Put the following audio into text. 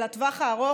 לטווח הארוך,